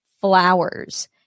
flowers